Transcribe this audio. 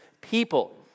people